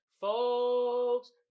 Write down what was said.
Folks